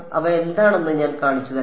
അവ എന്താണെന്ന് ഞാൻ കാണിച്ചുതരാം